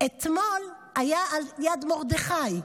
ואתמול היה על יד מרדכי.